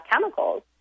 chemicals